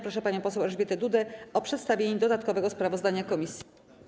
Proszę panią poseł Elżbietę Dudę o przedstawienie dodatkowego sprawozdania komisji.